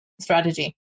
strategy